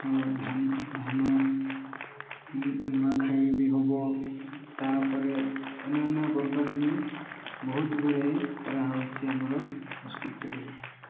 ଧାନ ଧାନ ନୂଆଖାଇ ବି ହବ ତାପରେ ଅନ୍ୟାନ୍ୟ ପ୍ରକାର ବି ବହୁତ ଗୁଡ଼ାଏ କରାହଉଛି ଆମର ସଂସ୍କୃତିରେ